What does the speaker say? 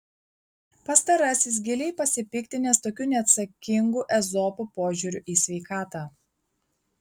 pastarasis giliai pasipiktinęs tokiu neatsakingu ezopo požiūriu į sveikatą